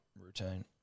routine